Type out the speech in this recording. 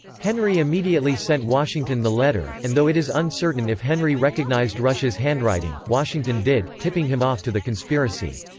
henry immediately sent washington the letter, and though it is uncertain if henry recognized rush's handwriting, washington did, tipping him off to the conspiracy.